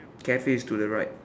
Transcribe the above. Cafe is to the right